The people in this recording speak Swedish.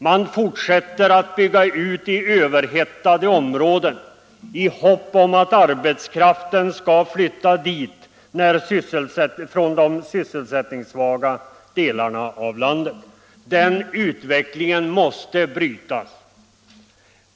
Man fortsätter att bygga ut i överhettade områden, i hopp om att arbetskraften skall flytta dit från de sysselsättningssvaga delarna av landet. Den utvecklingen måste brytas.